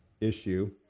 issue